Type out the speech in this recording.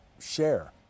share